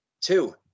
Two